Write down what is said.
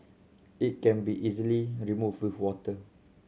it can be easily removed with water